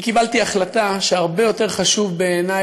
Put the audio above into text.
אני קיבלתי החלטה שהרבה יותר חשוב בעיני